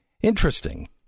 Interesting